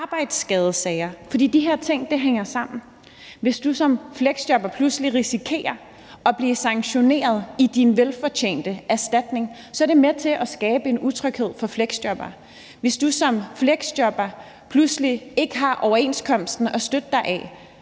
arbejdsskadesager, for de her ting hænger sammen. Hvis du som fleksjobber pludselig risikerer at blive sanktioneret i din velfortjente erstatning, er det med til at skabe en utryghed for fleksjobbere. Hvis du som fleksjobber pludselig ikke har en overenskomst at støtte dig til,